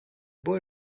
boy